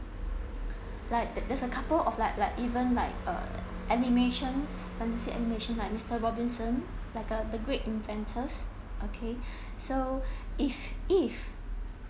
like there there's a couple of like like even like uh animations fantasy animation like mister robinson like uh the great inventors those okay so if if